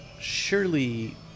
surely